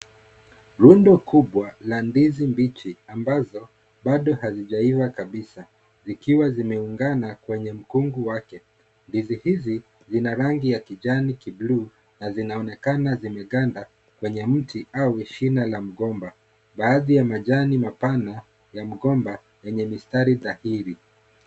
Rundo kubwa la ndizi mbichi ambazo bado hazijaiva kabisa. Zikiwa zimeungana kwenye mkungu wake. Ndizi hizi zina rangi ya kijani kibluu na zinaonekana zimeganda kwenye mti au shina la mgomba. Baadhi ya majani mapana ya mgomba yenye mistari sahihi.